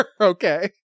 Okay